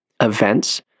events